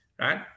right